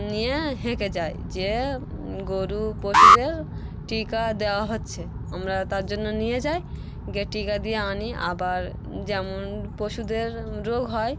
নিয়ে হেঁকে যায় যে গোরু পশুদের টিকা দেওয়া হচ্ছে আমরা তার জন্য নিয়ে যায় গে টিকা দিয়ে আনি আবার যেমন পশুদের রোগ হয়